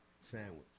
sandwich